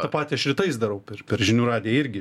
tą patį aš rytais darau per žinių radiją irgi